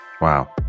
Wow